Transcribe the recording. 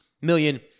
million